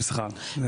בשכר.